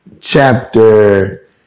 chapter